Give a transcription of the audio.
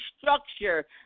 structure